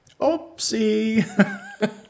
Oopsie